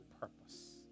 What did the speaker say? purpose